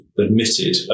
admitted